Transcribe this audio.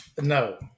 no